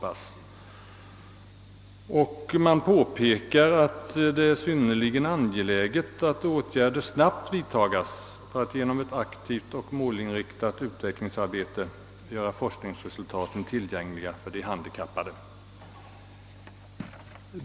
De berörda myndigheterna »finner det synnerligen angeläget, att åtgärder snabbt vidtages för att genom ett aktivt och målinriktat utvecklingsarbete göra forskningsresultaten tillgängliga för de handikappade».